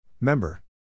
Member